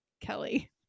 Kelly